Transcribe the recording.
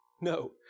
No